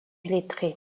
lettré